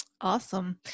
awesome